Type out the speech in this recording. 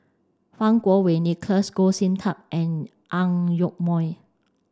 Fang Kuo Wei Nicholas Goh Sin Tub and Ang Yoke Mooi